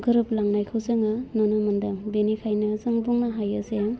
गोरोबलांनायखौ जोङो नुनो मोन्दों बेनिखायनो जों बुंनो हायो जे